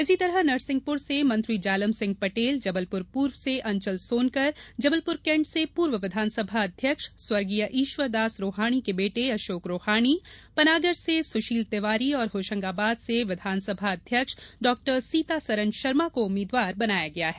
इसी तरह नरसिंहपुर से मंत्री जालम सिंह पटेलजबलपुर पूर्व से अंचल सोनकर जबलपुर कैण्ट से पूर्व विधानसभा अध्यक्ष स्वर्गीय ईश्वरदास रोहाणी के बेटे अशोक रोहाणी पनागर से सुशील तिवारी और होशंगाबाद से विघानसभा अध्यक्ष डाक्टर सीतासरन शर्मा को उम्मीद्वार बनाया गया है